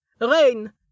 Rain